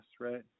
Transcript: right